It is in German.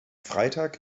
freitag